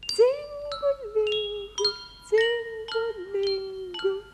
cingu lingu cingu lingu